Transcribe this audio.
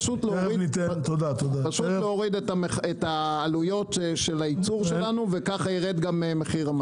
פשוט להוריד את עלויות הייצור וככה ירד גם מחיר המטרה.